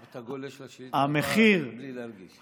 אתה גולש לשאלה הבאה בלי להרגיש.